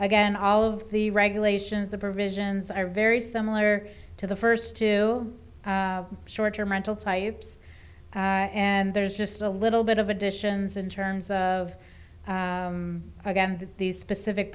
again all of the regulations the provisions are very similar to the first two short term rental types and there's just a little bit of additions in terms of again these specific